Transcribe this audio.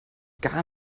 gar